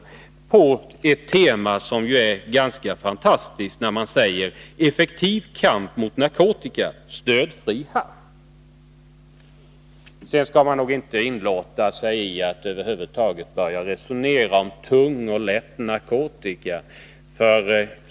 Det sker på ett tema som är ganska fantastiskt: Effektiv kamp mot narkotika — stöd fri hasch! Man skall nog inte inlåta sig på att över huvud taget börja resonera om tung och lätt narkotika.